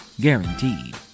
Guaranteed